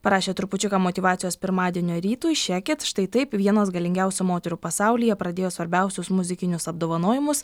prašė trupučiuką motyvacijos pirmadienio rytui šekit štai taip vienos galingiausių moterų pasaulyje pradėjo svarbiausius muzikinius apdovanojimus